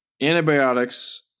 Antibiotics